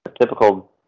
typical